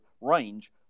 range